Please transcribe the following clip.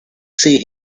see